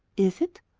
is it?